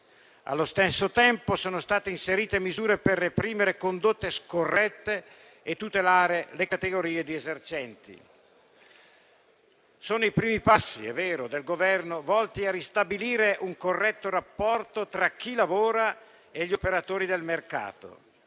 Allo stesso tempo, sono state inserite misure per reprimere condotte scorrette e tutelare le categorie di esercenti. Sono i primi passi del Governo, volti a ristabilire un corretto rapporto tra chi lavora e gli operatori del mercato,